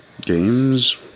games